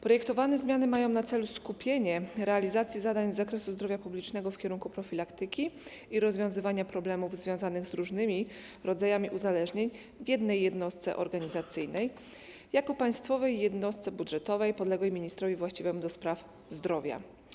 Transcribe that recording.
Projektowane zmiany mają na celu skupienie realizacji zadań z zakresu zdrowia publicznego w kierunku profilaktyki i rozwiązywania problemów związanych z różnymi rodzajami uzależnień w jednej jednostce organizacyjnej jako państwowej jednostce budżetowej podległej ministrowi właściwemu do spraw zdrowia.